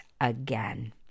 again